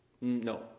no